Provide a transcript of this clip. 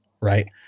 right